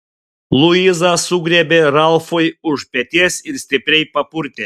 luiza sugriebė ralfui už peties ir stipriai papurtė